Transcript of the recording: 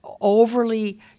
overly